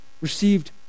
received